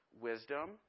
wisdom